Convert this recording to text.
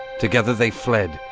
together they fled,